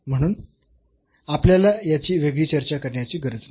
म्हणून आपल्याला याची वेगळी चर्चा करण्याची गरज नाही